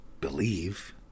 believe